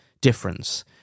difference